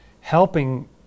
helping